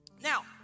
Now